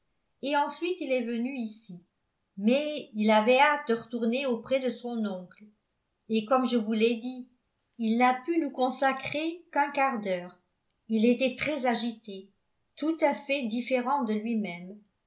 et ensuite il est venu ici mais il avait hâte de retourner auprès de son oncle et comme je vous l'ai dit il n'a pu nous consacrer qu'un quart d'heure il était très agité tout à fait différent de lui-même